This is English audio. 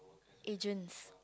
agents